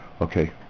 Okay